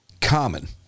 common